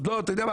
אתה יודע מה,